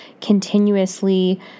continuously